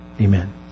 Amen